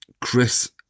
Chris